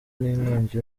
n’inkongi